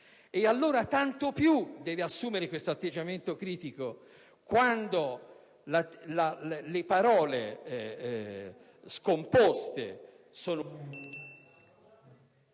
e allora tanto più deve assumere tale atteggiamento critico quando le parole scomposte sono...